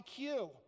IQ